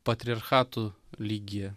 patriarchatų lygyje